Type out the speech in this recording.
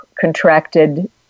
contracted